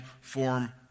form